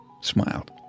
smiled